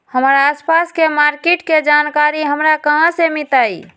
हमर आसपास के मार्किट के जानकारी हमरा कहाँ से मिताई?